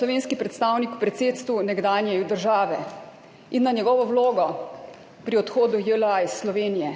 slovenski predstavnik v predsedstvu nekdanje države, in na njegovo vlogo pri odhodu JLA iz Slovenije.